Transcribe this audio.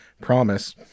promise